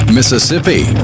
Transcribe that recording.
Mississippi